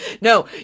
No